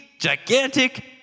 gigantic